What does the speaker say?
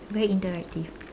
very interactive